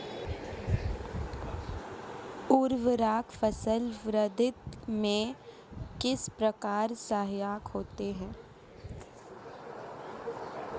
उर्वरक फसल वृद्धि में किस प्रकार सहायक होते हैं?